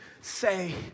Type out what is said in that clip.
say